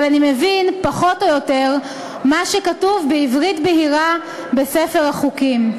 אבל אני מבין פחות או יותר מה שכתוב בעברית בהירה בספר החוקים.